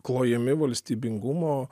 klojami valstybingumo